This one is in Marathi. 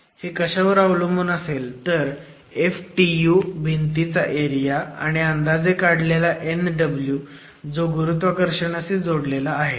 हे कशावर अवलंबून असेल तर ftu भिंतींचा एरिया आणि अंदाजे काढलेला Nw जो गुरुत्वाकर्षणाशी जोडलेला आहे